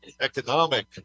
economic